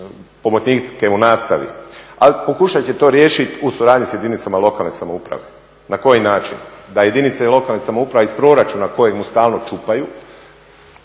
pomoćnike u nastavi, a pokušat će to riješiti u suradnji sa jedinice lokalne samouprave. Na koji način? Da jedinice lokalne samouprave iz proračuna kojeg mu stalno čupaju